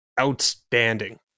outstanding